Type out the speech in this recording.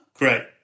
Great